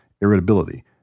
irritability